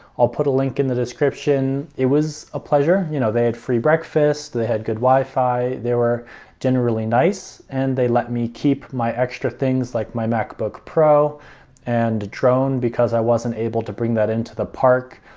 i'll put a link in the description. it was a pleasure, you know. they had free breakfast, they had good wi-fi. they were generally nice and they let me keep my extra things like my macbook pro and the drone because i wasn't able to bring that into the park,